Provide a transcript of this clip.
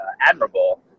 admirable